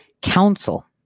counsel